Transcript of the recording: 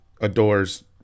adores